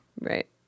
Right